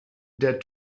der